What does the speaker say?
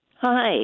Hi